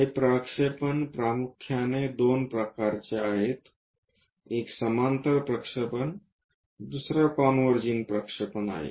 हे प्रक्षेपण प्रामुख्याने दोन प्रकार आहेत एक समांतर प्रक्षेपण दुसरा कॉन्वर्जिंग प्रक्षेपण आहे